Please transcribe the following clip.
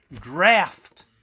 draft